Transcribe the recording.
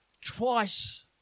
twice